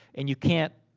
and you can't